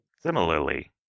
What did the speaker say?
Similarly